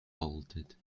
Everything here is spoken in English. bolted